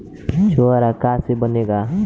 छुआरा का से बनेगा?